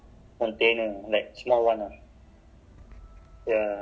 oh open already ah I don't know ah